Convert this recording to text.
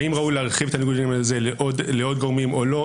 האם ראוי להרחיב את ניגוד העניינים הזה לעוד גורמים או לא,